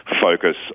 focus